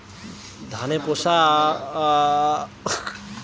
ধানে শোষক পোকা কিভাবে তাড়াব?